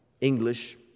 English